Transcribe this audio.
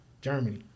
Germany